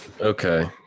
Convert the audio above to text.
Okay